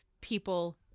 people